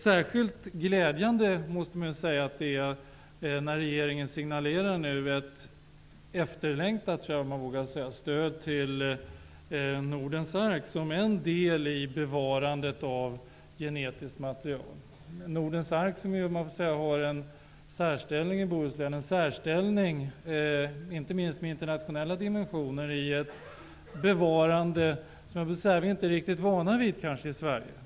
Jag måste säga att det är särskilt glädjande när regeringen nu signalerar ett efterlängtat -- vågar jag säga -- stöd till Nordens ark som en del i bevarandet av genetiskt material. Nordens ark har en särställning i Bohuslän, med internationella dimensioner i bevarandet, som vi kanske inte är riktigt vana vid i Sverige.